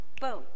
boom